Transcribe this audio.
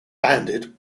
banded